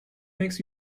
makes